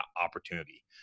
opportunity